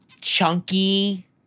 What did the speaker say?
chunky